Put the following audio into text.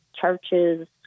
churches